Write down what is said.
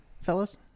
Fellas